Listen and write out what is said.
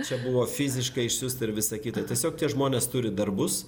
čia buvo fiziškai išsiųsta ir visa kita tiesiog tie žmonės turi darbus